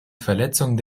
verletzung